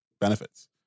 benefits